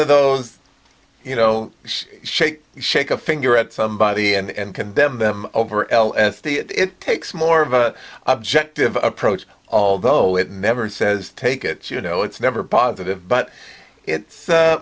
of those you know shake shake a finger at somebody and condemn them over l f it takes more of an objective approach although it never says take it you know it's never positive but it's